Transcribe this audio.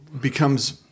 becomes